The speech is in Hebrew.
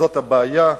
זאת הבעיה,